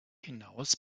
hinaus